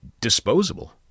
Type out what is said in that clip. disposable